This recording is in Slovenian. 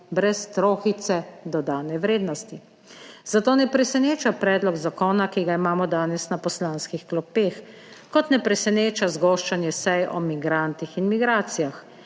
brez trohice dodane vrednosti. Zato ne preseneča predlog zakona, ki ga imamo danes na poslanskih klopeh. Kot ne preseneča zgoščanje sej o migrantih in migracijah.